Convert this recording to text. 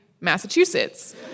Massachusetts